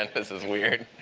and this is weird.